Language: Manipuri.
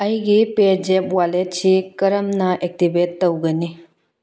ꯑꯩꯒꯤ ꯄꯦꯖꯦꯞ ꯋꯥꯜꯂꯦꯠꯁꯤ ꯀꯔꯝꯅ ꯑꯦꯛꯇꯤꯕꯦꯠ ꯇꯧꯒꯅꯤ